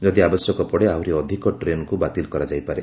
ଯଦି ଆବଶ୍ୟକ ପଡ଼େ ଆହୁରି ଅଧିକ ଟ୍ରେନ୍କୁ ବାତିଲ କରାଯାଇପାରେ